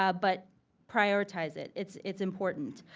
ah but prioritize it. it's it's important.